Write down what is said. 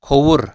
کھووُر